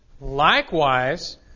likewise